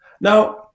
Now